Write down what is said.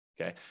Okay